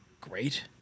great